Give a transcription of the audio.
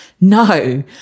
no